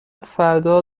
فردا